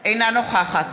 אינה נוכחת